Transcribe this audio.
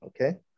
okay